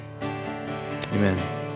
Amen